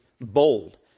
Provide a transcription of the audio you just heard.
bold